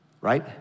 right